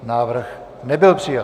Návrh nebyl přijat.